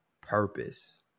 purpose